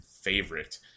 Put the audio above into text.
favorite